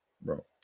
bro